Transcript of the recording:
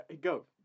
Go